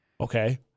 Okay